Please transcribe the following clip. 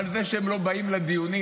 אבל זה שהם לא באים לדיונים,